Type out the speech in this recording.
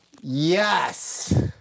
yes